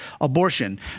abortion